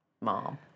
mom